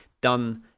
done